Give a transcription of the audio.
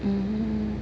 hmm